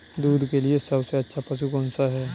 दूध के लिए सबसे अच्छा पशु कौनसा है?